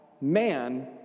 man